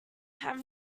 have